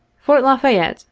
fort la fayette,